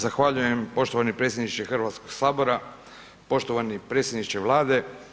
Zahvaljujem poštovani predsjedniče Hrvatskoga sabora, poštovani predsjedniče Vlade.